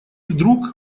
вдруг